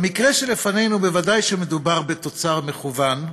במקרה שלפנינו, בוודאי שמדובר בתוצר מכוון,